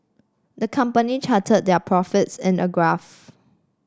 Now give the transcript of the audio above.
the company charted their profits in a graph